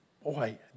Boy